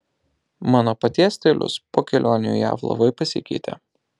mano paties stilius po kelionių į jav labai pasikeitė